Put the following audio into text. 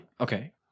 okay